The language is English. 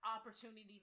opportunities